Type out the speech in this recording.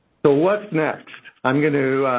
so, what's next? i'm going to